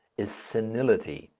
is senility.